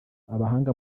abahanga